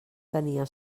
tenia